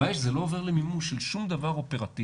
הבעיה היא שזה לא עובר למימוש של שום דבר אופרטיבי.